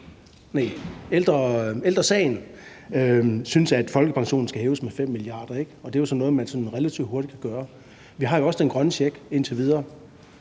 Ældre Sagen synes, at folkepensionen skal hæves med 5 mia. kr., og det er jo så noget, man relativt hurtigt kan gøre. Vi har også den grønne check indtil videre,